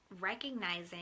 recognizing